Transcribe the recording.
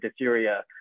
dysuria